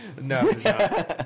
No